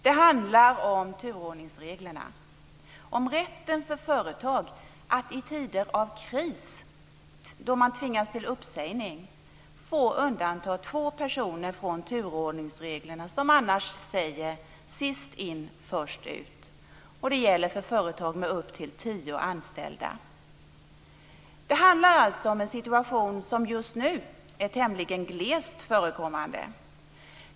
Det handlar om turordningsreglerna, om rätten för företag att i tider av kris, då man tvingas till uppsägning, få undanta två personer från turordningsreglerna som annars säger sist in först ut. Det gäller företag med upp till tio anställda. Det handlar alltså om en situation som just nu är tämligen glest förekommande.